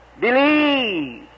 Believe